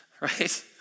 right